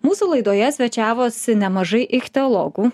mūsų laidoje svečiavosi nemažai ichtiologų